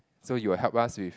so you'll help us with